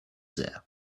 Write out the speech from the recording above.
there